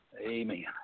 Amen